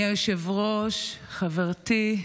אדוני היושב-ראש, חברתי,